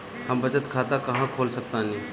हम बचत खाता कहां खोल सकतानी?